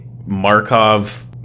markov